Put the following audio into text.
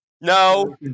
No